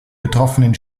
betroffenen